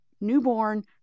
newborn